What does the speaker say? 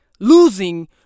Losing